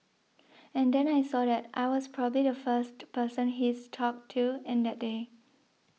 and then I saw that I was probably the first person he's talked to in that day